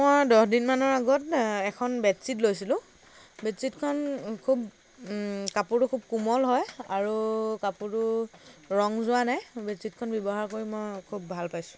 মই দহ দিনমানৰ আগত এখন বেডশ্ৱীট লৈছিলোঁ বেডশ্ৱিটখন খুব কাপোৰটো খুব কোমল হয় আৰু কাপোৰটো ৰং যোৱা নাই বেডশ্ৱীটখন ব্য়ৱহাৰ কৰি মই খুব ভাল পাইছোঁ